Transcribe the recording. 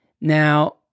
Now